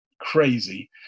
crazy